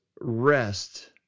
rest